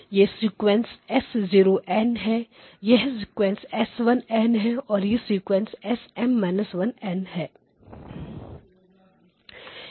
यह sequence S0 n है यह सीक्वेंस S1 n है यह सीक्वेंस SM−1n है